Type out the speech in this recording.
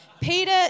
Peter